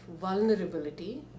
vulnerability